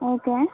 okay